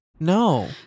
no